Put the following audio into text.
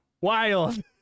wild